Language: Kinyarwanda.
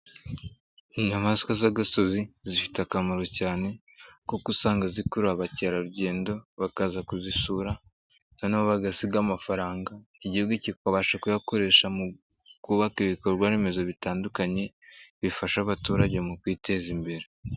Inyamaswa z'agasozi zifite akamaro cyane kuko usanga zikurura abakerarugendo bakaza kuzisura na bo bagasiga amafaranga igihugu kikabasha kuyakoresha mu kubaka ibikorwaremezo bitandukanye bifasha abaturage mu kwiteza imbere.